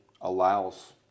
allows